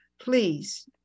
Please